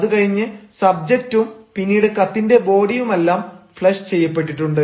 അത് കഴിഞ്ഞ് സബ്ജക്റ്റും പിന്നീട് കത്തിന്റെ ബോഡിയുമെല്ലാം ഫ്ലഷ് ചെയ്യപ്പെട്ടിട്ടുണ്ട്